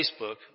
Facebook